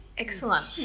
Excellent